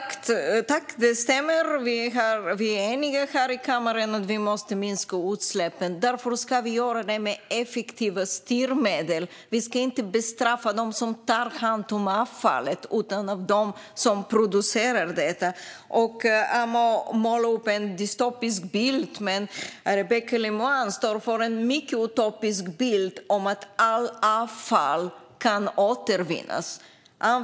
Fru talman! Det stämmer: Vi är eniga här i kammaren om att vi måste minska utsläppen. Därför ska vi göra det med effektiva styrmedel. Vi ska inte bestraffa dem som tar hand om avfallet utan dem som producerar det. När det handlar om att måla upp en dystopisk bild vill jag säga att Rebecka Le Moine står för en mycket utopisk bild av att allt avfall kan återvinnas.